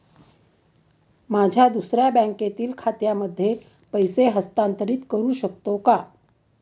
माझ्या दुसऱ्या बँकेतील खात्यामध्ये पैसे हस्तांतरित करू शकतो का?